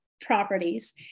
properties